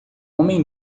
homem